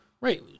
Right